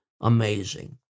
amazing